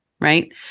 right